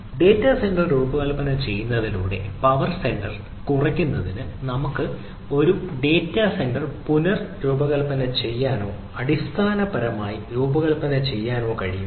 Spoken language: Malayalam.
ഡാറ്റാ സെന്റർ രൂപകൽപ്പന ചെയ്യുന്നതിലൂടെ പവർ സെന്റർ കുറയ്ക്കുന്നതിന് നമുക്ക് ഡാറ്റാ സെന്റർ പുനർരൂപകൽപ്പന ചെയ്യാനോ അടിസ്ഥാനപരമായി രൂപകൽപ്പന ചെയ്യാനോ കഴിയുമോ